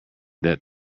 that